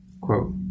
Quote